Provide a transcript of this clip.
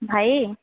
ଭାଇ